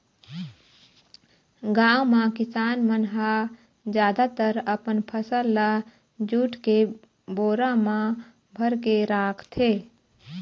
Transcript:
गाँव म किसान मन ह जादातर अपन फसल ल जूट के बोरा म भरके राखथे